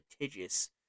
litigious